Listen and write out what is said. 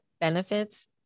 benefits